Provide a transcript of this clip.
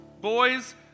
Boys